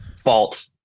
fault